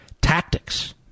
tactics